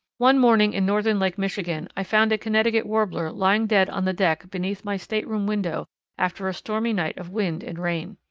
one morning in northern lake michigan i found a connecticut warbler lying dead on the deck beneath my stateroom window after a stormy night of wind and rain.